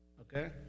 okay